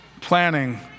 planning